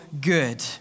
Good